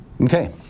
Okay